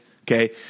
okay